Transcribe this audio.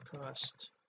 cost